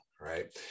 right